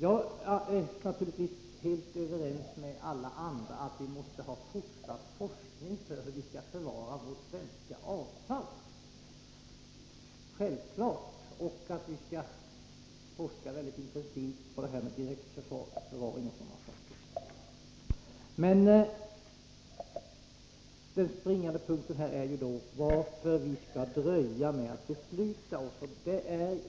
Jag är naturligtvis överens med alla andra om att vi måste bedriva fortsatt forskning om hur vårt kärnkraftsavfall skall förvaras. Det måste helt enkelt ske en intensiv forskning om direktförvaring och annat. Den springande punkten är då varför vi skall dröja med att besluta oss.